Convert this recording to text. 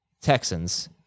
Texans